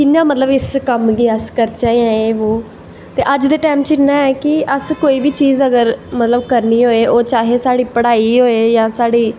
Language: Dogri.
कियां अस मतलव इस कम्म गी करचै जां जे बो ते अज्ज दे टैम बिच्च इन्ना ऐ कि अगर मतलव करनी होए ओह् चाहे साढ़ी पढ़ाई होई जां साढ़ी